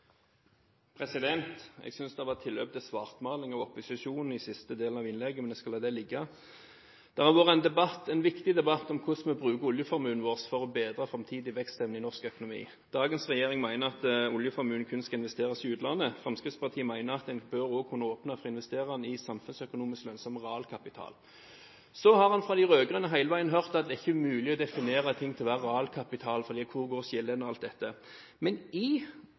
replikkordskifte. Jeg synes det var tilløp til svartmaling av opposisjonen i siste delen av innlegget, men jeg skal la det ligge. Det har vært en viktig debatt om hvordan vi bruker oljeformuen vår for å bedre framtidig vekstevne i norsk økonomi. Dagens regjering mener at oljeformuen kun skal investeres i utlandet. Fremskrittspartiet mener at en også bør kunne åpne for å investere den i samfunnsøkonomisk lønnsom realkapital. Fra de rød-grønne har en hele veien hørt at det ikke er mulig å definere en ting til å være realkapital, for hvor går skillene osv. Men i